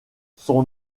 son